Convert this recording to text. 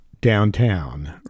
downtown